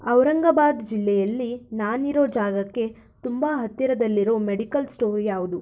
ಔರಂಗಾಬಾದ್ ಜಿಲ್ಲೆಯಲ್ಲಿ ನಾನಿರೋ ಜಾಗಕ್ಕೆ ತುಂಬ ಹತ್ತಿರದಲ್ಲಿರೋ ಮೆಡಿಕಲ್ ಸ್ಟೋರ್ ಯಾವುದು